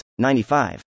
95